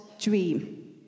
dream